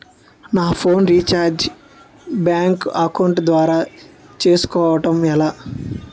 నా phone recharge bank account ద్వారా చేసుకోవటం ఎలా?